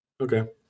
Okay